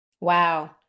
Wow